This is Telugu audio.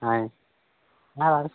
ఆయ్